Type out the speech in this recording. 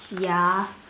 ya